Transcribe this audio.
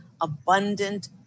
abundant